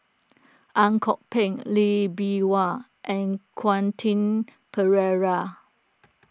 Ang Kok Peng Lee Bee Wah and Quentin Pereira